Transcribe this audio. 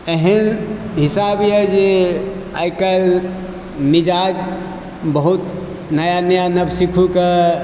एहन हिसाब यऽ जे आइ काल्हि मिजाज बहुत नया नया नवसिक्खु के